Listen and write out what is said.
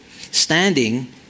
standing